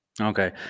Okay